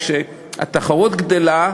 כשהתחרות גדלה,